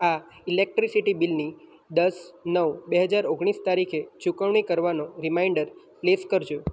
આ ઈલેક્ટ્રીસીટી બિલની દસ નવ બે હજાર ઓગણીસ તારીખે ચૂકવણી કરવાનો રીમાઈન્ડર પ્લેસ કરજો